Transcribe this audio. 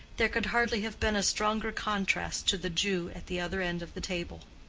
there could hardly have been a stronger contrast to the jew at the other end of the table.